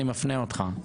אני מפנה אותך.